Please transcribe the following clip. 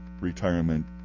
retirement